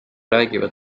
räägivad